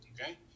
Okay